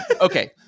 okay